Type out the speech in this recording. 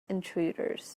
intruders